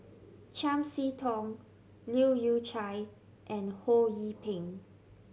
Chiam See Tong Leu Yew Chye and Ho Yee Ping